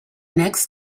next